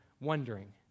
wondering